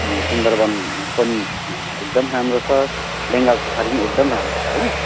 अनि सुन्दरबन पनि एकदम राम्रो छ बेङ्गाल सफारी नि एकदम राम्रो छ हो